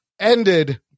ended